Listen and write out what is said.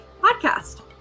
podcast